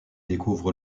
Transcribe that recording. découvre